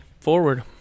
forward